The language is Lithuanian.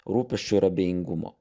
rūpesčio ir abejingumo